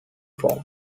form